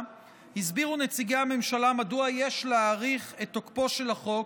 הסבירו נציגי הממשלה מדוע יש להאריך את תוקפו של החוק